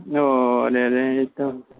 اوہ ارے ارے یہ تو